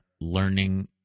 learning